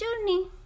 journey